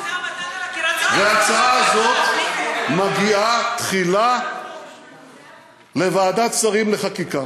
ההצעה הזאת מגיעה תחילה לוועדת שרים לחקיקה.